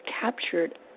captured